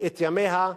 את ימיה,